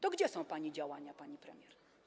To gdzie są pani działania, pani premier?